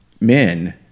men